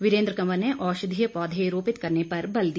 वीरेन्द्र कंवर ने औषधीय पौधे रोपित करने पर बल दिया